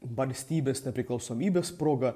valstybės nepriklausomybės proga